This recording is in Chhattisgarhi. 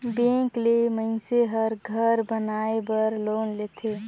बेंक ले मइनसे हर घर बनाए बर लोन लेथे